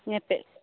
ᱦᱩᱸ ᱦᱩᱸ